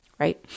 Right